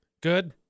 Good